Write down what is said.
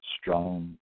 strong